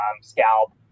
scalp